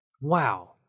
Wow